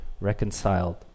reconciled